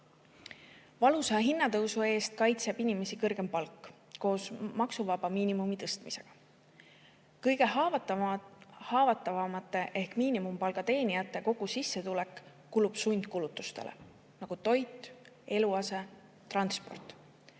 Valusa hinnatõusu eest kaitseb inimesi kõrgem palk koos maksuvaba miinimumi tõstmisega. Kõige haavatavamate ehk miinimumpalga teenijate kogu sissetulek kulub sundkulutustele, nagu toit, eluase, transport.